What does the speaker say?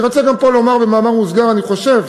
אני רוצה גם לומר פה במאמר מוסגר: אני חושב